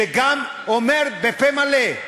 וגם אומר בפה מלא,